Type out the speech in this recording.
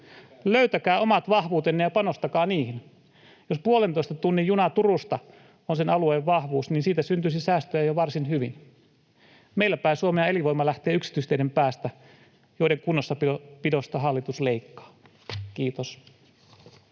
Löytäkää omat vahvuutenne ja panostakaa niihin. Jos puolentoista tunnin juna Turusta on sen alueen vahvuus, niin siitä syntyisi säästöjä jo varsin hyvin. Meillä päin Suomea elinvoima lähtee yksityisteiden päästä, joiden kunnossapidosta hallitus leikkaa. — Kiitos.